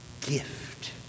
gift